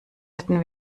hätten